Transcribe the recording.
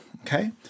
Okay